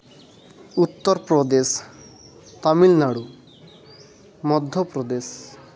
Uttar Pradesh Tamil Nadu Madhya Pradesh